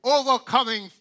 overcoming